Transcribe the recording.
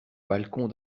balcon